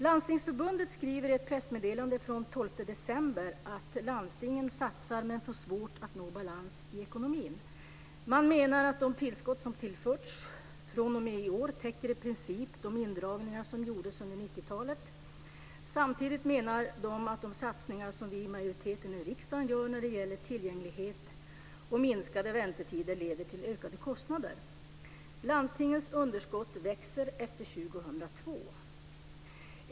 Landstingsförbundet skriver i ett pressmeddelande från den 12 december att landstingen satsar men får svårt att nå balans i ekonomin. Man menar att de tillskott som tillförts fr.o.m. i år i princip täcker de indragningar som gjordes under 1990-talet. Samtidigt menar man att de satsningar som vi i riksdagsmajoriteten gör när det gäller tillgänglighet och minskade väntetider leder till ökade kostnader. Landstingens underskott växer efter år 2002.